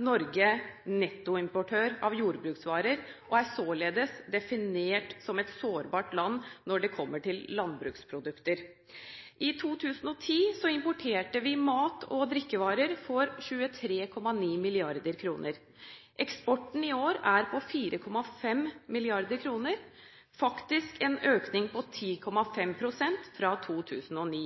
Norge nettoimportør av jordbruksvarer og er således definert som et sårbart land når det kommer til landbruksprodukter. I 2010 importerte vi mat- og drikkevarer for 23,9 mrd. kr. Eksporten i år er på 4,5 mrd. kr, faktisk en økning på 10,5 pst. fra 2009.